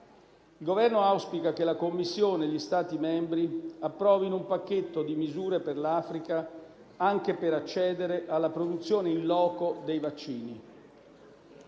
Il Governo auspica che la Commissione e gli Stati membri approvino un pacchetto di misure per l'Africa, anche per accedere alla produzione *in loco* dei vaccini.